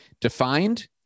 defined